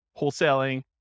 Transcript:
wholesaling